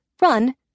run